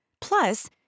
Plus